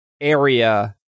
area